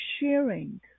sharing